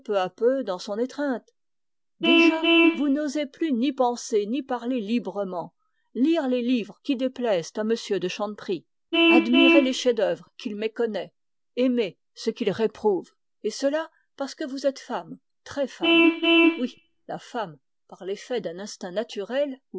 dans son étreinte déjà vous n'osez plus ni penser ni parler librement lire les livres qui déplaisent à m de chanteprie admirer les chefs-d'œuvre qu'il méconnaît aimer ce qu'il réprouve et cela parce que vous êtes femme très femme oui la femme par l'effet d'un instinct naturel